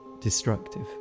destructive